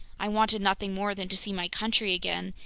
i wanted nothing more than to see my country again,